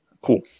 Cool